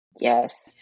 yes